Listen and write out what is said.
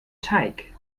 teig